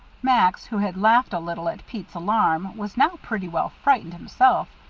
max, who had laughed a little at pete's alarm, was now pretty well frightened himself,